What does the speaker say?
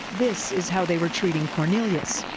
this is how they were treating cornelius.